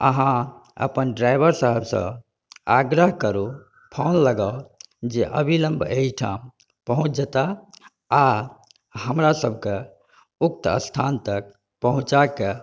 अहाँ अपन ड्राइवर साहबसँ आग्रह करु फोन लगाउ जे अबिलम्ब एहिठाम पहुँच जेताह आ हमरा सभके उक्त स्थान तक पहुँचा कऽ